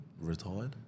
retired